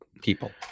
people